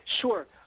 Sure